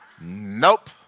Nope